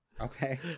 Okay